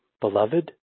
beloved